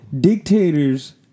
Dictators